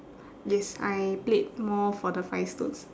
yes I played more for the five stones